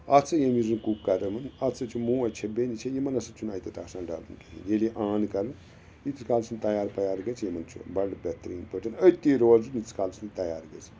اَتھ ہسا ییٚمہِ وِزِ کُک کَران اَتھ ہسا چھُ موج چھےٚ بیٚنہِ چھِٕ یِِمن ہَسا چھُ نہٕ اَتٮ۪تھ آسان ڈَلُن کِہیٖنٛۍ ییٚلہِ آن کَرُن ییٖتس کالس یِم تیار ویار گژھِ یِمَن چھُ بَڈٕ بہتریٖن پٲٹھٮ۪ن أتی روزُن ییٖتِس کالس نہٕ تَیار گژھِ